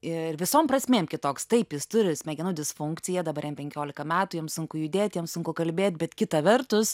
ir visom prasmėm kitoks taip jis turi smegenų disfunkciją dabar jam penkiolika metų jam sunku judėt jam sunku kalbėt bet kita vertus